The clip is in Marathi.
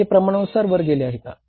ते प्रमाणानुसार वर गेले आहे का